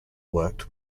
worked